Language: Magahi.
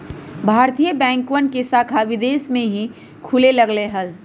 भारतीय बैंकवन के शाखा विदेश में भी खुले लग लय है